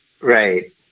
Right